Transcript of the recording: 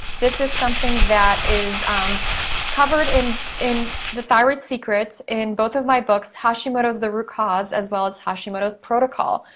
this is something that is covered in in the thyroid secret, in both of my books hashimoto's the root cause, as well as hashimoto's protocol.